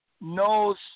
knows